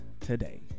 today